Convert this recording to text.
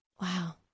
Wow